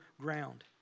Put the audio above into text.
ground